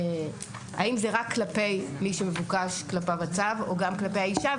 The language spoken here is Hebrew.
האם זה רק כלפי מי שמבוקש כלפיו הצו או גם כלפי האישה,